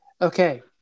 Okay